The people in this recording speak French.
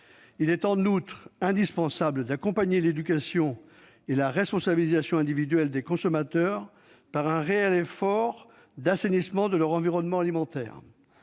Il est en outre indispensable d'accompagner l'éducation et la responsabilisation individuelle des consommateurs par un réel effort d'assainissement de leur environnement alimentaire.